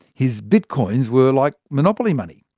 his bitcoins were like monopoly money.